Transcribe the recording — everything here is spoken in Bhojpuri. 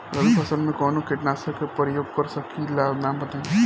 रबी फसल में कवनो कीटनाशक के परयोग कर सकी ला नाम बताईं?